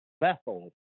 Bethel